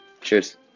Cheers